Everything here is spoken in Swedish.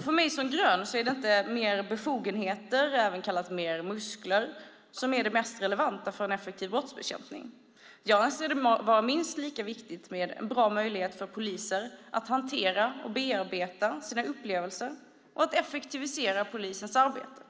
För mig som grön är det inte mer befogenheter, även kallat mer muskler, som är det mest relevanta för en effektiv brottsbekämpning. Jag anser det vara minst lika viktigt med en bra möjlighet för poliser att hantera och bearbeta sina upplevelser och att effektivisera polisens arbete.